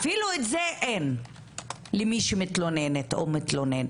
אפילו את זה אין למי שמתלוננת, או מתלונן,